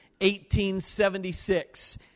1876